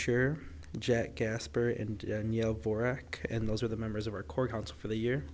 share jack casper in for and those are the members of our court house for the year